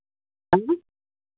हाँ